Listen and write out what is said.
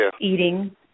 eating